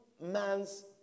man's